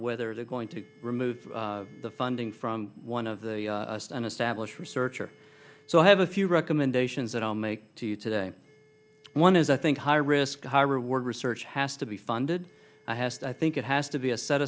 whether they're going to remove the funding from one of the an established research or so i have a few recommendations that i'll make to you today one is i think high risk high reward research has to be funded i think it has to be a set